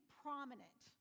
prominent